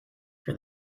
for